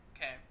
Okay